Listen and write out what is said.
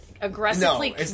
aggressively